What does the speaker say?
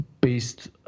based